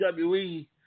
WWE